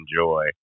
enjoy